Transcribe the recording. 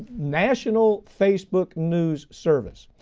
national facebook news service.